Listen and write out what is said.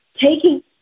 taking